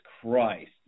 Christ